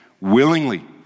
willingly